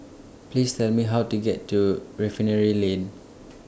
Please Tell Me How to get to Refinery Lane